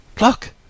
Look